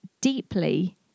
deeply